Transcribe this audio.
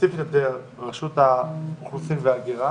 ספציפית יותר רשות האוכלוסין וההגירה